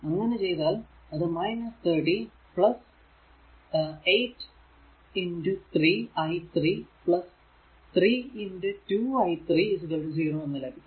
അങ്ങനെ ചെയ്താൽ അത് 30 8 3 i 3 3 2 i 3 0 എന്ന് ലഭിക്കും